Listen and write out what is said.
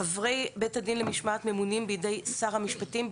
חברי בית הדין למשמעת ממונים בידי שר המשפטים,